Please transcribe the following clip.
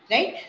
Right